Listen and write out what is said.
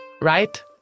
Right